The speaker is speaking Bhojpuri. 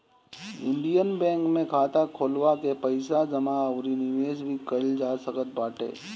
इंडियन बैंक में खाता खोलवा के पईसा जमा अउरी निवेश भी कईल जा सकत बाटे